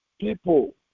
people